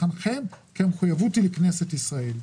המחויבות היא לכנסת ישראל.